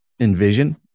envision